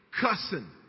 Cussing